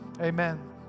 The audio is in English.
Amen